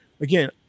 Again